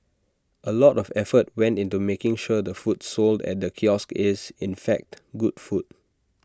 A lot of effort went into making sure the food sold at the kiosk is in fact good food